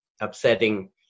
upsetting